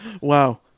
Wow